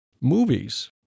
movies